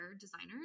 designers